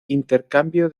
intercambio